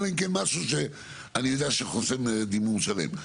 אלא אם כן משהו שאני יודע שחוסם דימום שלם.